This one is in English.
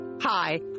Hi